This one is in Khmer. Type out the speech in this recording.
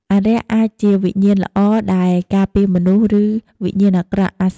អារក្សអាចជាវិញ្ញាណល្អដែលការពារមនុស្ស ឬវិញ្ញាណអាក្រក់ អាស្រ័យលើចេតនារបស់វា ឬការបំពានរបស់មនុស្ស។